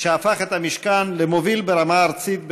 לאורך כל היום התקיימו במשכן אירועים שונים